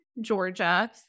Georgia